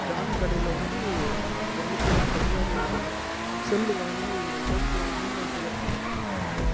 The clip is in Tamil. ஜான் கடையில் வந்து ஓரளவுக்கு கம்மியாகவே இருந்தது செல்லு வாங்கி ஓப்போ விவோ செலக்ட் பண்ணேன் ஃபர்ஸ்ட்டு